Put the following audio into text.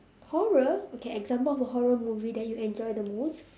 horror okay example of a horror movie that you enjoy the most